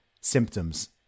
symptoms